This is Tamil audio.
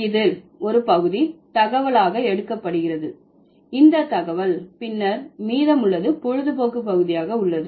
இதில் ஒரு பகுதி தகவலாக எடுக்கப்படுகிறது இந்த தகவல் பின்னர் மீதமுள்ளது பொழுதுபோக்கு பகுதியாக உள்ளது